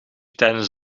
tijdens